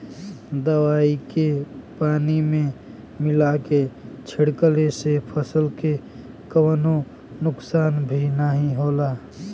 दवाई के पानी में मिला के छिड़कले से फसल के कवनो नुकसान भी नाहीं होला